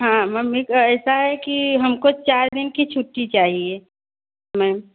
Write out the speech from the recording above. हाँ मम्मी का ऐसा है कि हमको चार दिन की छुट्टी चाहिए मैम